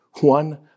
one